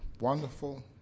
wonderful